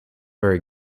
very